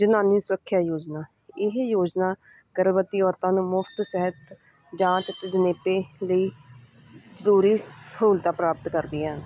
ਜਨਾਨੀ ਸੁਰੱਖਿਆ ਯੋਜਨਾ ਇਹ ਯੋਜਨਾ ਗਰਭਵਤੀ ਔਰਤਾਂ ਨੂੰ ਮੁਫਤ ਸਿਹਤ ਜਾਂਚ ਅਤੇ ਜਨੇਪੇ ਲਈ ਜ਼ਰੂਰੀ ਸਹੂਲਤਾਂ ਪ੍ਰਾਪਤ ਕਰਦੀਆਂ